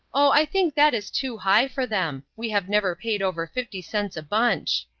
oh, i think that is too high for them we have never paid over fifty cents a bunch.